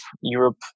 Europe